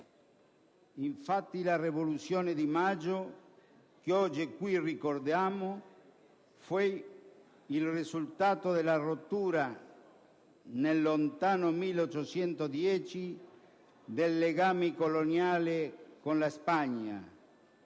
Infatti, la "Rivoluzione di maggio", che oggi in questa sede ricordiamo, fu il risultato della rottura, nel lontano 1810, del legame coloniale con la Spagna,